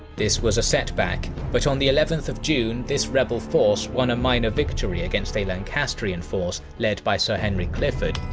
this was a setback, but on the eleventh of june this rebel force won a minor victory against a lancastrian force led by sir henry clifford,